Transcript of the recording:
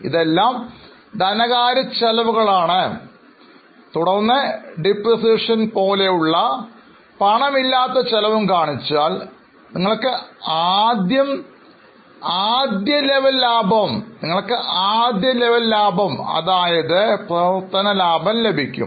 ഇതെല്ലാം ധനകാര്യ ചെലവുകളാണ്തുടർന്ന് Depreciation പോലുള്ള പണമില്ലാത്ത ചിലവും കാണിച്ചാൽ നിങ്ങൾക്ക് ആദ്യം ലെവൽ ലാഭം അതായത് പ്രവർത്തന ലാഭം ലഭിക്കും